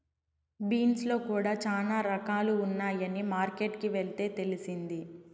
beans లో కూడా చానా రకాలు ఉన్నాయని మార్కెట్ కి వెళ్తే తెలిసింది